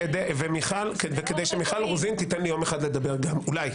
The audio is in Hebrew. וכדי שמיכל רוזין תיתן לי יום אחד לדבר גם, אולי.